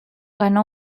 ganó